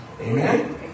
Amen